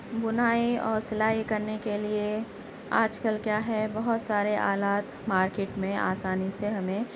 بنائی اور سلائی کرنے کے لیے آج کل کیا ہے بہت سارے آلات مارکیٹ میں آسانی سے ہمیں